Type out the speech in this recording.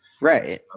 Right